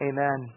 Amen